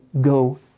go